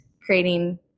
creating